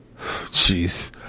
Jeez